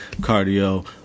cardio